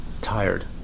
Tired